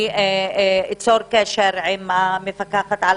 אצור קשר עם המפקחת על